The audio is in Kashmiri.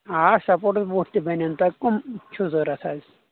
آ سَپورٹٕس بوٗٹ تہِ بَنن تۄہہِ کُم چھُ ضروٗرت حظ